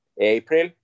April